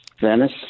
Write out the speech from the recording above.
Venice